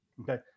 Okay